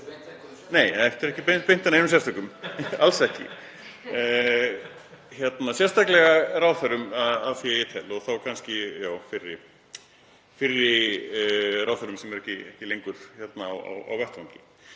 Nei, þessu er ekki beint að neinum sérstökum, alls ekki, heldur sérstaklega að ráðherrum, að því er ég tel, og þá kannski fyrri ráðherrum sem eru ekki lengur á vettvangi.